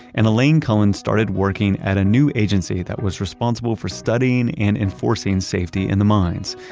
and elaine cullen started working at a new agency that was responsible for studying and enforcing safety in the mines.